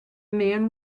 man